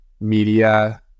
media